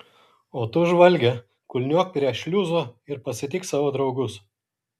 o tu žvalge kulniuok prie šliuzo ir pasitik savo draugus